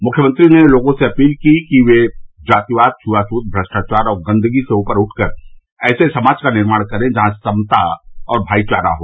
मुख्यमंत्री ने लोगों से अपील की कि वे जातिवाद छुआछूत भ्रष्टाचार और गंदगी से ऊपर उठकर ऐसे समाज का निर्माण करें जहां समता और भाईचारा हो